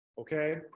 okay